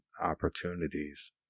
opportunities